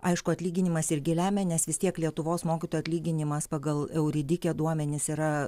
aišku atlyginimas irgi lemia nes vis tiek lietuvos mokytojo atlyginimas pagal euridike duomenis yra